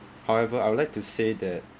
however I would like to say that